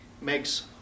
makes